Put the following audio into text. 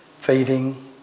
feeding